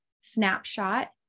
snapshot